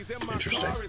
Interesting